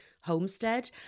homestead